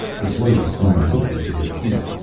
the slaves climbed quickly to their feet,